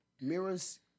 mirrors